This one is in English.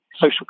social